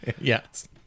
Yes